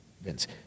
Vince